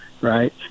right